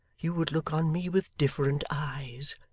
you would look on me with different eyes,